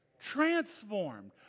Transformed